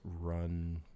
run